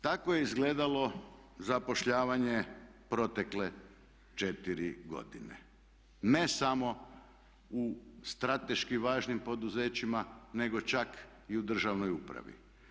Tako je izgledalo zapošljavanje protekle 4 godine ne samo u strateški važnim poduzećima nego čak i u državnoj upravi.